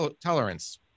tolerance